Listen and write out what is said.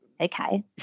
okay